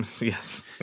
yes